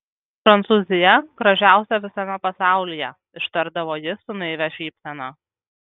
prancūzija gražiausia visame pasaulyje ištardavo ji su naivia šypsena